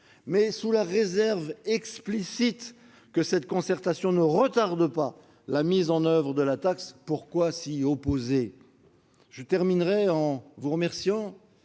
et sous la réserve explicite que cette concertation ne retarde pas la mise en oeuvre de la taxe, pourquoi s'y opposer ? Je terminerai en remerciant